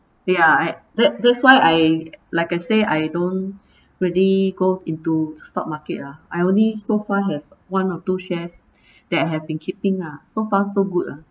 ya that that's why I like I say I don't really go into stock market lah I only so far have one or two shares that have been keeping ah so far so good lah